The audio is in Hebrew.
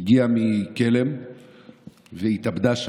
היא הגיעה מקלם והתאבדה שם,